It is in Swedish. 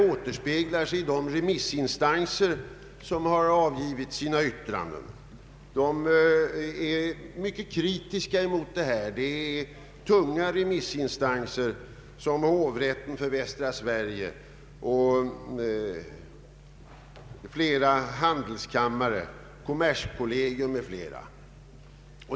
Avgivna remissyttranden är mycket kritiska på den punkten, däribland yttranden från tunga remissinstanser, t.ex. hovrätten för Västra Sverige, flera handelskamrar samt kommerskollegium.